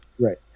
Right